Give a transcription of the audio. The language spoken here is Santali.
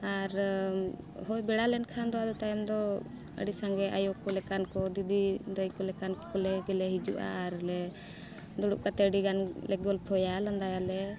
ᱟᱨ ᱦᱚᱭ ᱵᱮᱲᱟ ᱞᱮᱱᱠᱷᱟᱱ ᱫᱚ ᱟᱫᱚ ᱛᱟᱭᱚᱢ ᱫᱚ ᱟᱹᱰᱤ ᱥᱟᱸᱜᱮ ᱟᱭᱚ ᱠᱚ ᱞᱮᱠᱟᱱ ᱠᱚ ᱫᱤᱫᱤ ᱫᱟᱹᱭ ᱠᱚ ᱞᱮᱠᱟᱱ ᱠᱚᱞᱮ ᱜᱮᱞᱮ ᱦᱤᱡᱩᱜᱼᱟ ᱟᱨ ᱞᱮ ᱫᱩᱲᱩᱵ ᱠᱟᱛᱮ ᱟᱹᱰᱤ ᱜᱟᱱ ᱞᱮ ᱜᱚᱞᱯᱷᱚᱭᱟ ᱞᱟᱸᱫᱟᱭᱟᱞᱮ